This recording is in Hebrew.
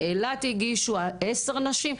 באילת הגישו עשר נשים?